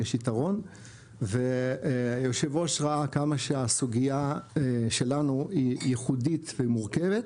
יש יתרון והיושב ראש ראה כמה שהסוגייה שלנו היא ייחודית ומורכבת,